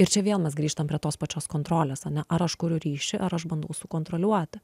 ir čia vėl mes grįžtam prie tos pačios kontrolės ane ar aš kuriu ryšį ar aš bandau sukontroliuoti